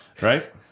Right